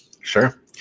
Sure